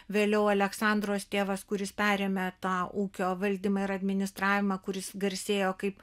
vėliau aleksandros tėvas kuris perėmė tą ūkio valdymą ir administravimą kuris garsėjo kaip